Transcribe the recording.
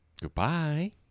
Goodbye